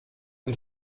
und